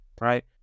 right